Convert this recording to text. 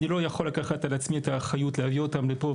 אני לא יכול לקחת על עצמי את האחריות להביא אותם לפה,